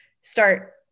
start